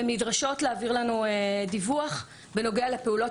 והן נדרשות להעביר לנו דיווח בנוגע לפעולות